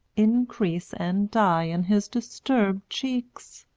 increase and die in his disturbed cheeks.